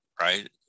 right